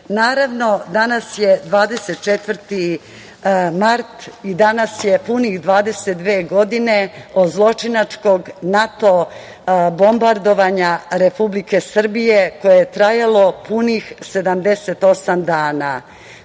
Srbije. Danas je 24. mart i danas je 22 godine od zločinačkog NATO bombardovanja Republike Srbije, koje je trajalo punih 78 dana.